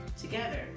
Together